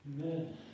Amen